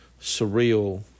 surreal